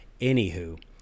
Anywho